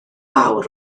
awr